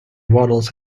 waddles